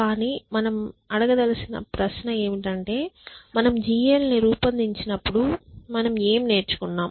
కానీ మనం అడగదలిచిన ప్రశ్న ఏమిటంటే మనం GA లను రూపొందించినప్పుడు మనం ఏమి నేర్చుకున్నాం